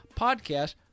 podcast